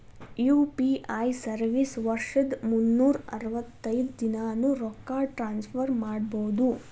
UPI service ವರ್ಷದ್ ಮುನ್ನೂರ್ ಅರವತ್ತೈದ ದಿನಾನೂ ರೊಕ್ಕ ಟ್ರಾನ್ಸ್ಫರ್ ಮಾಡ್ಬಹುದು